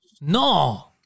No